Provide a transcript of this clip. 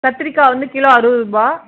கத்திரிக்காய் வந்து கிலோ அறுபது ரூபா